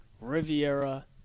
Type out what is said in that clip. Riviera